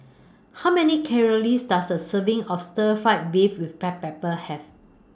How Many Calories Does A Serving of Stir Fry Beef with Black Pepper Have